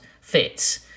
fits